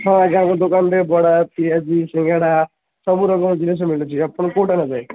ହଁ ଆଜ୍ଞା ଆମ ଦୋକାନରେ ବଡ଼ା ପିଆଜି ସିଙ୍ଗେଡ଼ା ସବୁ ରକମ ଜିନିଷ ମିଳୁଛି ଆପଣ କେଉଁଟା ନେବେ